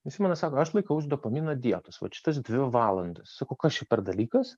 simonas sako aš laikausi dopamino dietos vat šitas dvi valandas sakau kas čia per dalykas